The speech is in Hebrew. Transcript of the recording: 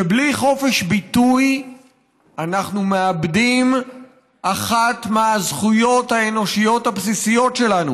שבלי חופש ביטוי אנחנו מאבדים אחת מהזכויות האנושיות הבסיסיות שלנו,